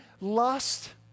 lust